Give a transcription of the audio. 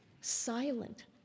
silent